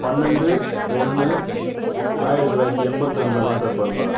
பன்னெண்டு ஒன்று ஆயிரத்து தொள்ளாயிரத்து எண்பத்தி ரெண்டில் தான் பிறந்தேன்